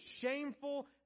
shameful